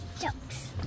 Jokes